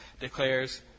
declares